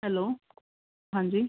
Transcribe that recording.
hello ਹਾਂਜੀ